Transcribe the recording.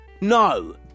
No